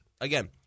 again